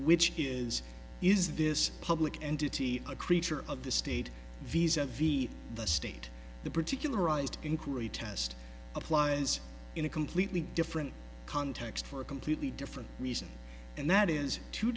which is is this a public entity a creature of the state viz a viz the state the particularized inquiry test applies in a completely different context for a completely different reason and that is to